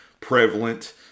prevalent